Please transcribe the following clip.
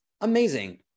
amazing